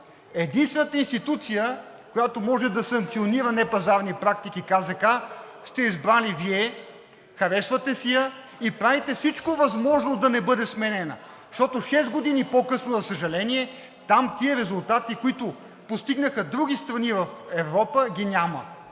единствената институция, която може да санкционира непазарни практики, КЗК, сте я избрали Вие, харесвате си я и правите всичко възможно да не бъде сменена. Защото шест години по-късно, за съжаление, тези резултати, които постигнаха други страни в Европа, ги няма.